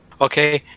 Okay